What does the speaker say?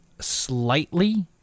slightly